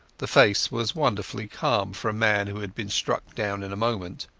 the face was wonderfully calm for a man who had been struck down in a moment.